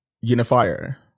unifier